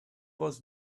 was